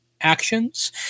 actions